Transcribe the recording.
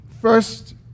first